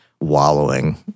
wallowing